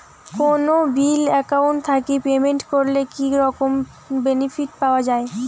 কোনো bill account থাকি payment করলে কি রকম বেনিফিট পাওয়া য়ায়?